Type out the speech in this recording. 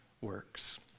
works